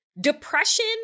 depression